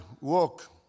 walk